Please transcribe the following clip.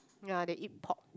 ya they eat pork